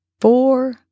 four